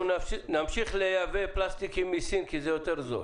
נמשיך לייבא פלסטיק מסין כי זה יותר זול.